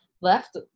Left